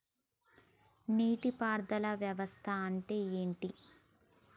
నీటి పారుదల వ్యవస్థ అంటే ఏంటి?